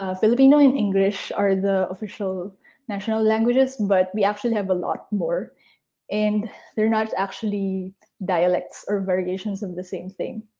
ah pilipino in english are the official national languages but we actually have a lot more and they're not actually dialects or variations of the same thing.